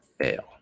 fail